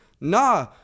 nah